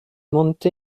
monte